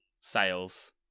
sales